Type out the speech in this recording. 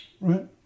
Right